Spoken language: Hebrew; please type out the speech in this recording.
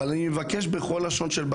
אבל אני בכל זאת מבקש בכל לשון של בקשה: